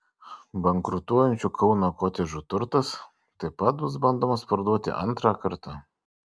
bankrutuojančių kauno kotedžų turtas taip pat bus bandomas parduoti antrą kartą